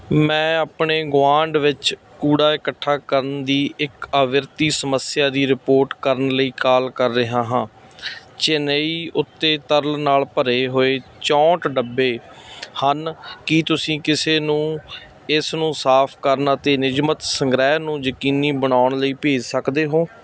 ਮੈਂ ਆਪਣੇ ਗੁਆਂਢ ਵਿੱਚ ਕੂੜਾ ਇਕੱਠਾ ਕਰਨ ਦੀ ਇੱਕ ਆਵਰਤੀ ਸਮੱਸਿਆ ਦੀ ਰਿਪੋਰਟ ਕਰਨ ਲਈ ਕਾਲ ਕਰ ਰਿਹਾ ਹਾਂ ਚੇਨਈ ਉੱਤੇ ਤਰਲ ਨਾਲ ਭਰੇ ਹੋਏ ਚੌਂਹਠ ਡੱਬੇ ਹਨ ਕੀ ਤੁਸੀਂ ਕਿਸੇ ਨੂੰ ਇਸ ਨੂੰ ਸਾਫ਼ ਕਰਨ ਅਤੇ ਨਿਯਮਤ ਸੰਗ੍ਰਹਿ ਨੂੰ ਯਕੀਨੀ ਬਣਾਉਣ ਲਈ ਭੇਜ ਸਕਦੇ ਹੋ